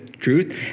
truth